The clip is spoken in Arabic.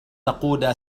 تقود